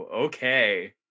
Okay